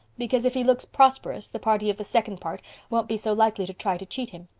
because if he looks prosperous the party of the second part won't be so likely to try to cheat him.